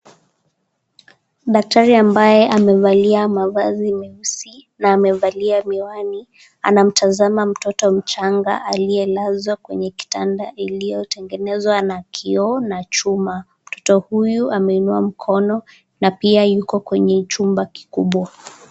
Daktari ambaye amevalia mavazi meusi na amevalia miwani, anamtazama mtoto mchanga aliyelazwa kwenye kitanda iliyotengenezwa na kioo na chuma. Mtoto huyu ameinua mkono na pia yuko kwenye chumba kikubwa.